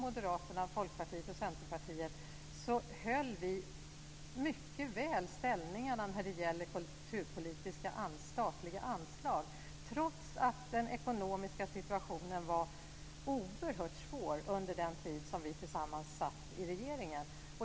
Centerpartiet höll vi mycket väl ställningarna när det gäller statliga anslag till kulturpolitiken, trots att den ekonomiska situationen var oerhört svår under den tid som vi tillsammans satt i regeringen.